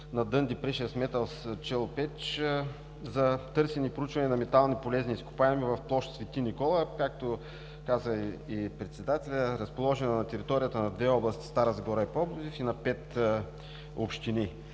на „Дънди Прешъс Металс Челопеч“ за търсене и проучване на метални полезни изкопаеми в площ „Свети Никола“, както каза и председателят, разположена на територията на две области – Стара Загора и Пловдив, и на пет общини.